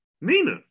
nina